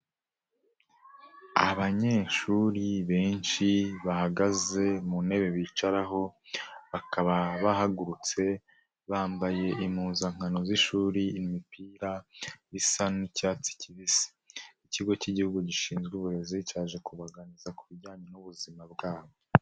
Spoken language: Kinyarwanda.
Abanyeshuri benshi bahagaze mu ntebe bicaraho, bakaba bahagurutse bambaye impuzankano z'ishuri imipira isa n'icyatsi kibisi. Ikigo cy'Igihugu gishinzwe uburezi cyaje kubaganiza ku bijyanye n'ubuzima bwabo.